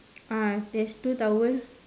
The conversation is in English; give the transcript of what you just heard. ah there's two towels